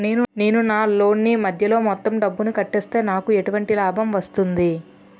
నేను నా లోన్ నీ మధ్యలో మొత్తం డబ్బును కట్టేస్తే నాకు ఎటువంటి లాభం వస్తుంది?